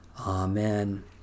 Amen